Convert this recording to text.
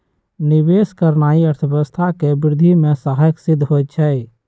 निवेश करनाइ अर्थव्यवस्था के वृद्धि में सहायक सिद्ध होइ छइ